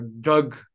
drug